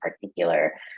particular